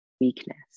weakness